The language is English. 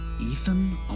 Ethan